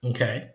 Okay